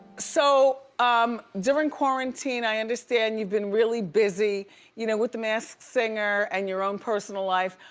so, um during quarantine i understand you've been really busy you know with the masked singer and your own personal life.